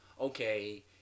okay